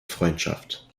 freundschaft